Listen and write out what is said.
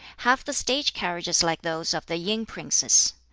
have the state carriages like those of the yin princes.